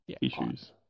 issues